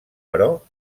però